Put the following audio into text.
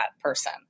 person